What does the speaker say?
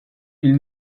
ils